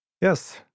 yes